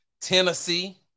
Tennessee